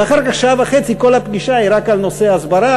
ואחר כך שעה וחצי כל הפגישה היא רק על נושא ההסברה,